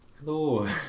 Hello